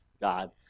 God